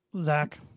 Zach